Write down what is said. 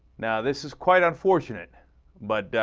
now this is quite unfortunate but ah.